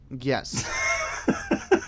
yes